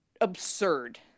absurd